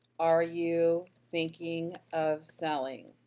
are you thinking of selling?